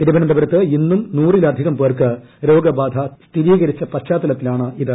തിരുവനന്തപുരത്ത് ഇന്നും നൂറിലധികം പേർക്ക് രോഗബാധ സ്ഥിരീകരിച്ച പശ്ചാത്തലത്തിലാണിത്